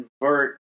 convert